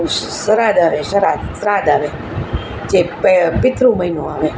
સરાદ આવે સરાદ શ્રાદ્ધ આવે જે પિતૃ મહિનો આવે